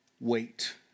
wait